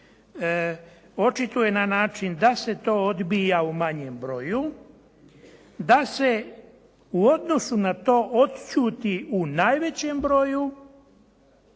očituje na način da se to odbija u manjem broju, da se u odnosu na to odćuti u najvećem broju,